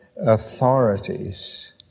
authorities